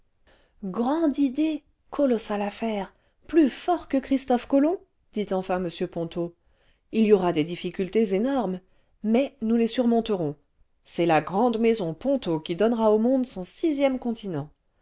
grande idée colossale affaire plus fort que christophe colomb dit enfin m ponto il y aura des difficultés énormes mais nous les surmonterons c'est la grande maison ponto qui donnera au monde son sixième continent